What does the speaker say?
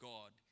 God